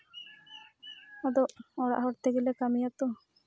ᱟᱫᱚ ᱚᱲᱟᱜ ᱦᱚᱲ ᱛᱮᱞᱮ ᱠᱟᱹᱢᱤᱭᱟᱛᱚ